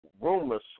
rumors